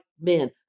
men